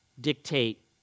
dictate